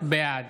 בעד